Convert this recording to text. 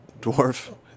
dwarf